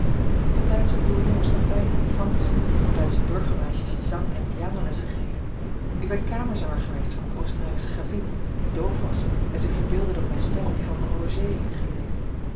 ik heb duitsche boerenjongens latijn en fransch duitsche burgermeisjes zang en pianoles gegeven ik ben kamerzanger geweest van een oostenrijksche gravin die doof was en zich verbeeldde dat mijne stem op die van roger geleek